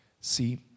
See